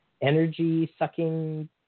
energy-sucking